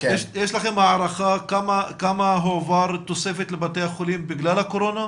יש לכם הערכה כמה תוספת הועברה לבתי החולים בגלל הקורונה?